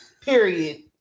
Period